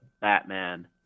Batman